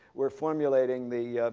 we're formulating the